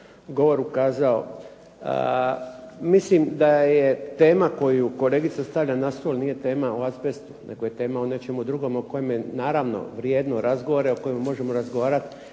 govoru kazao. Mislim da tema koju kolegica stavlja na stol nije tema o azbestu nego je tema o nečemu drugom, o kojem je naravno vrijedno razgovora i o kojem možemo razgovarat